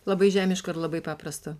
labai žemiško ir labai paprasto